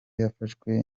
yafashwe